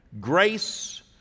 grace